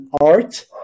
art